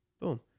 Boom